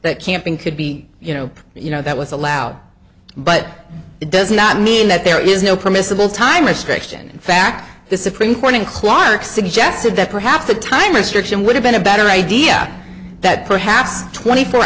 that camping could be you know you know that was allowed but it does not mean that there is no permissible time restriction in fact this supreme court in clark suggested that perhaps the time restriction would have been a better idea that perhaps twenty four